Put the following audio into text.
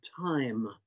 time